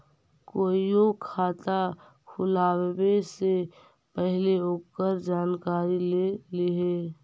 कोईओ खाता खुलवावे से पहिले ओकर जानकारी ले लिहें